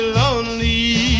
lonely